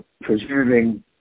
preserving